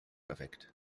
erweckt